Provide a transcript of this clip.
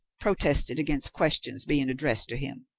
protested against questions being addressed to him.